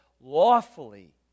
lawfully